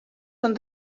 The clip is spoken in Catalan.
són